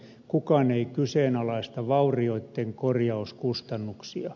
kukaan ei kyseenalaista vaurioitten korjauskustannuksia